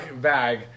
bag